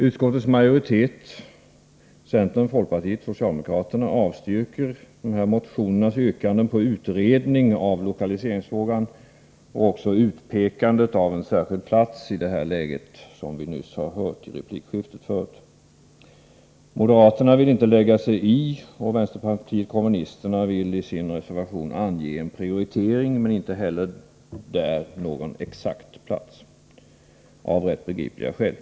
Utskottets majoritet — bestående av ledamöter från centern, folkpartiet och socialdemokraterna — avstyrker motionsyrkandena beträffande en utredning av lokaliseringsfrågan och beträffande utpekandet av särskild plats i det här läget. Det framgick av replikskiftet nyss. Moderaterna vill inte lägga sig i, och vänsterpartiet kommunisterna talar i sin reservation om en prioritering. Men inte heller i reservationen anges någon exakt plats — av rätt så begripliga skäl.